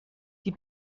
die